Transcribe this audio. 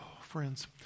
friends